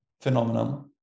phenomenon